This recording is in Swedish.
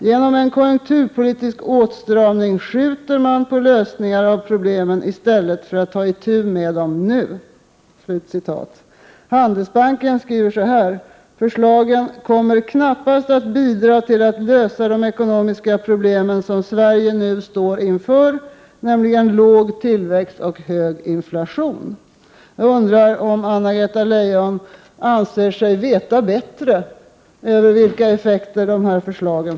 Genom en konjunkturpolitisk åtstramning skjuter man på lösningen av problemen i stället för att ta itu med dem nu.” Handelsbanken skriver att förslagen ”kommer knappast att bidra till att lösa de ekonomiska problem som Sverige nu står inför, nämligen låg tillväxt och hög inflation”. Jag undrar om Anna-Greta Leijon anser sig veta bättre vilka effekter dessa förslag får.